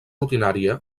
rutinària